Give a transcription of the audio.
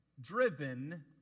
driven